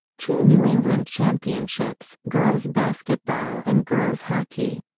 two new england championships girls' basketball and girls' hockey